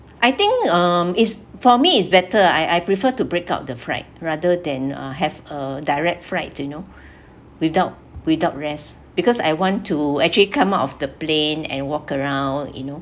I think um is for me is better ah I I prefer to break out the flight rather than uh have a direct flight you know without without rest because I want to actually come out of the plane and walk around you know